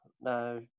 no